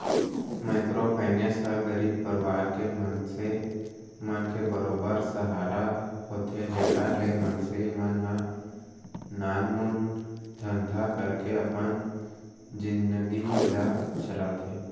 micro finance ह गरीब परवार के मनसे मन के बरोबर सहारा होथे जेखर ले मनसे मन ह नानमुन धंधा करके अपन जिनगी ल चलाथे